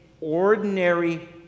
ordinary